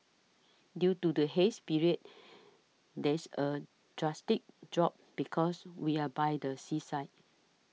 due to the haze period there's a drastic drop because we are by the seaside